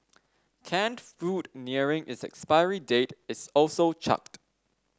canned food nearing its expiry date is also chucked